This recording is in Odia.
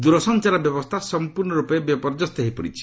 ଦୂରସଞ୍ଚାର ବ୍ୟବସ୍ଥା ସମ୍ପର୍ଷରୂପେ ବିପର୍ଯ୍ୟସ୍ତ ହୋଇପଡ଼ିଛି